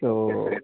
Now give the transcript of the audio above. so